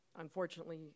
unfortunately